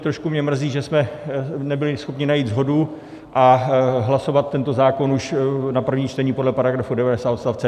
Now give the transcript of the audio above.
Trošku mě mrzí, že jsme nebyli schopni najít shodu a hlasovat tento zákon už na prvním čtení podle § 90 odst.